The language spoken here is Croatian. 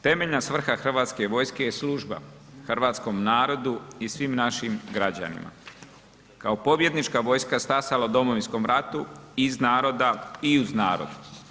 Temeljena svrha Hrvatske vojske je služba hrvatskom narodu i svim našim građanima kao pobjednička vojska stasala u Domovinskom ratu iz naroda i uz narod.